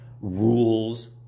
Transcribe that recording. rules